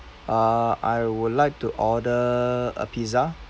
uh I would like to order a pizza